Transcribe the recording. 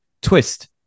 twist